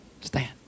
Stand